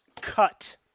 cut